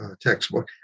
Textbook